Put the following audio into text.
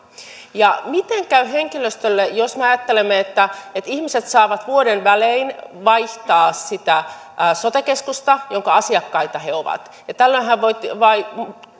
miten käy henkilöstölle jos me ajattelemme että että ihmiset saavat vuoden välein vaihtaa sitä sote keskusta jonka asiakkaita he ovat tällöinhän voi